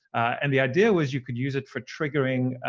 and the idea was you could use it for triggering,